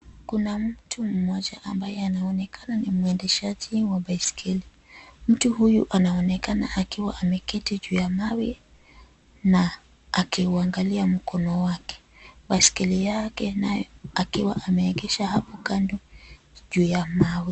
Kuna mtu mmoja ambaye anaonekana ni mwendeshaji wa baiskeli. Mtu huyu anaonekana akiwa ameketi juu ya mawe na akiungalia mkono wake, baiskeli yake nayo akiwa ameegesha hapo kando juu ya mawe.